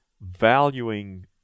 valuing